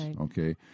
Okay